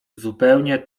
zupełnie